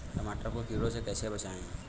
टमाटर को कीड़ों से कैसे बचाएँ?